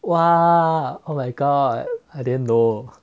!wah! oh my god I didn't know